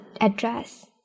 address